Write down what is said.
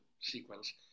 sequence